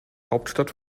hauptstadt